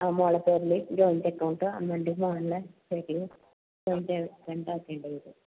ആ മോളുടെ പേരിൽ ജോയിൻറ്റ് അകൗണ്ട് അമ്മേൻ്റെ മോളേം പേരിൽ ജോയിൻറ്റ് ആക്കേണ്ടത്